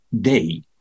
day